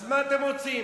אז מה אתם רוצים?